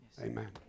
Amen